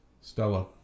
stella